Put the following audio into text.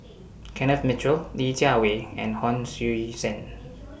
Kenneth Mitchell Li Jiawei and Hon Sui Sen